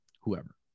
whoever